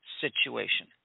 situation